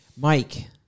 Mike